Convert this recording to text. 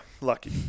lucky